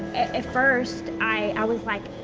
at first i was like,